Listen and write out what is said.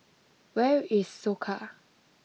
where is Soka